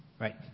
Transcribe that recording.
right